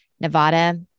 Nevada